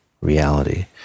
reality